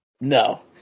No